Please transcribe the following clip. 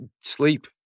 sleep